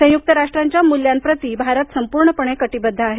संयुक्त राष्ट्रांच्या मूल्यांप्रती भारत संपूर्णपणे कटीबद्ध आहे